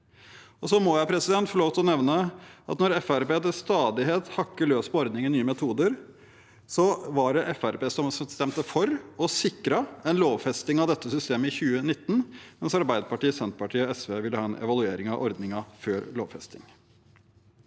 hakker til stadighet løs på ordningen Nye metoder, men det var Fremskrittspartiet som stemte for og sikret en lovfesting av dette systemet i 2019, mens Arbeiderpartiet, Senterpartiet og SV ville ha en evaluering av ordningen før lovfesting.